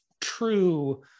true